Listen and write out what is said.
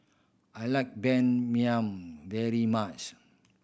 I like Ban Mian very much